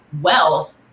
wealth